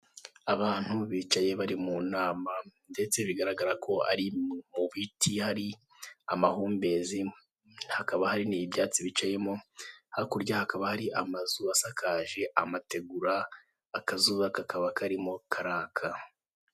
Abantu bicaye bari mu nama ndetse bigaragara ko ari mu biti hari amahumbezi, hakaba hari n'ibyatsi bicayemo. Hakurya hakaba hari amazu asakaje amategura, akazuba kakaba karimo karaka.